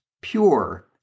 pure